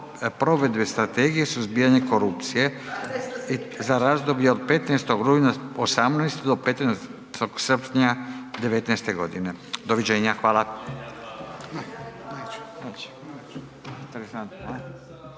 provedbe strategije suzbijanja korupcije za razdoblje od 15. rujna '18. do 15. srpnja '19. godine. Doviđenja, hvala.